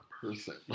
person